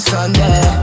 Sunday